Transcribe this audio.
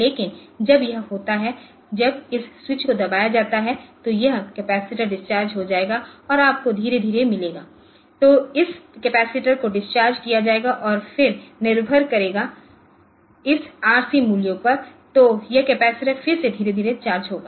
लेकिन जब यह होता है जब इस स्विच को दबाया जाता है तो यह कैपेसिटर डिस्चार्ज हो जाएगा और आपको धीरे धीरे मिलेगा तो इस कैपेसिटर को डिस्चार्ज किया जाएगा और फिर निर्भर करेगा इस आरसी मूल्यों पर तो यह कैपेसिटर फिर से धीरे धीरे चार्ज होगा